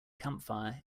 campfire